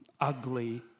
ugly